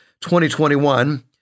2021